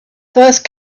first